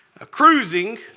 cruising